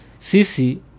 CC